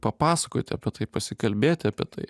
papasakoti apie tai pasikalbėti apie tai